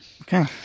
Okay